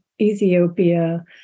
Ethiopia